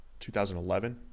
2011